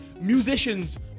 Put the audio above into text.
musicians